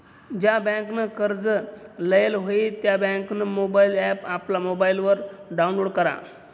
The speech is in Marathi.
ज्या बँकनं कर्ज लेयेल व्हयी त्या बँकनं मोबाईल ॲप आपला मोबाईलवर डाऊनलोड करा